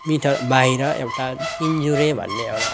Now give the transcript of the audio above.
metre बाहिर एउटा तिनजुरे भन्ने एउटा